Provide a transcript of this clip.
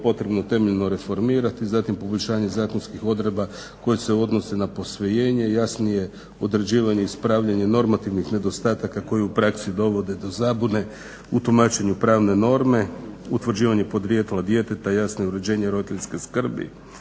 potrebno temeljno reformirati. Zatim poboljšanje zakonskih odredba koje se odnose na posvojenje, jasnije određivanje, ispravljanje normativnih nedostataka koji u praksi dovode do zabune u tumačenju pravne norme, utvrđivanja podrijetla djeteta, jasnije uređenje roditeljske skrbi,